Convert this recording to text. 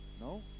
no